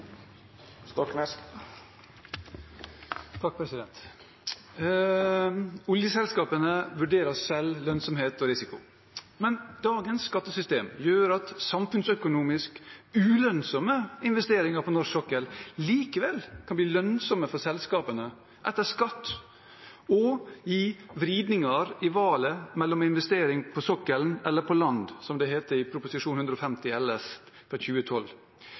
risiko. Men dagens skattesystem gjør at samfunnsøkonomisk ulønnsomme investeringer på norsk sokkel likevel kan bli lønnsomme for selskapene etter skatt og gi 'vridningar i valet mellom investering på sokkelen eller på land', jf. Prop. 150 LS . Staten bør derfor ha en mer aktiv vurdering av risikoene ved lav oljepris. Hva vil statens oljeinntekter fra